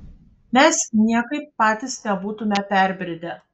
mes niekaip patys nebūtume perbridę